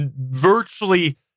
virtually